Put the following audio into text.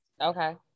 Okay